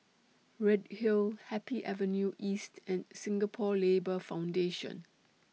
Redhill Happy Avenue East and Singapore Labour Foundation